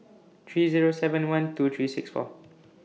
three Zero seven one two three six four